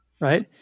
Right